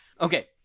Okay